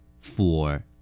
four